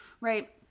right